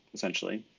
essentially.